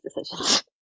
decisions